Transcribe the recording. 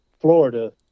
Florida